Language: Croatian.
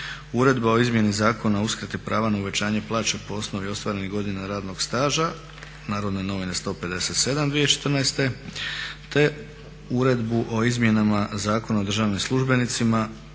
Uredba o izmjeni Zakona o uskrati prava na uvećanje plaća po osnovi ostvarenih godina radnog staža, Narodne novine 157. 2014.